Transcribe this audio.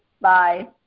Bye